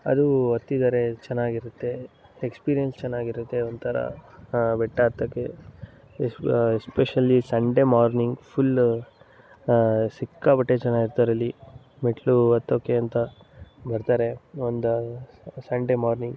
ಅದು ಹತ್ತಿದರೆ ಚೆನ್ನಾಗಿರುತ್ತೆ ಎಕ್ಸ್ಪೀರಿಯನ್ಸ್ ಚೆನ್ನಾಗಿರುತ್ತೆ ಒಂಥರಾ ಬೆಟ್ಟ ಹತ್ತೋಕೆ ಎಸ್ ಎಸ್ಪೆಷಲಿ ಸಂಡೆ ಮಾರ್ನಿಂಗ್ ಫುಲ್ ಸಿಕ್ಕಾಪಟ್ಟೆ ಜನ ಇರ್ತಾರೆ ಅಲ್ಲಿ ಮೆಟ್ಟಿಲು ಹತ್ತೋಕ್ಕೆ ಅಂತ ಬರ್ತಾರೆ ಒಂದು ಸಂಡೆ ಮಾರ್ನಿಂಗ್